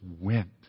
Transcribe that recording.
went